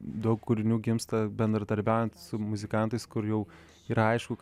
daug kūrinių gimsta bendradarbiaujant su muzikantais kur jau yra aišku kad